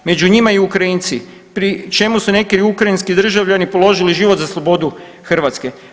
Među njima i Ukrajinci pri čemu su neki ukrajinski državljani položili život za slobodu Hrvatske.